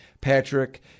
Patrick